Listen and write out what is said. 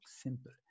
simple